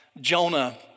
Jonah